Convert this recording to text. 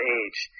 age